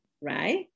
right